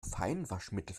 feinwaschmittel